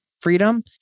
freedom